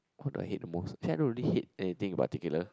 what do I hate the most actually I don't hate anything in particular